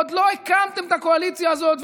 עוד לא הקמתם את הקואליציה הזאת,